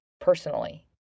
personally